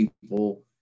people